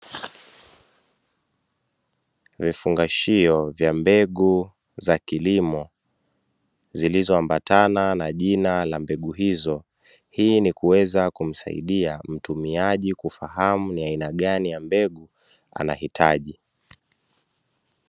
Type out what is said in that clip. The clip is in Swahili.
vifungashio vya mbegu za kilimo zilizoambatana na jina la mbegu hizo, hii ni kuweza kumsaidia mtumiaji kufahamu ni aina gani ya mbegu anaihitaji.